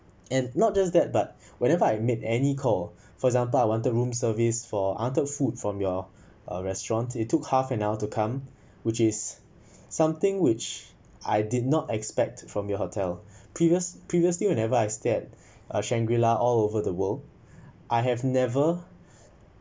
and not just that but whenever I made any call for example I wanted room service for I wanted food from your uh restaurant it took half an hour to come which is something which I did not expect from your hotel previous previously whenever I stay uh shangri la all over the world I have never